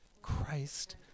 Christ